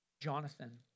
Jonathan